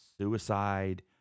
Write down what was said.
suicide